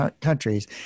countries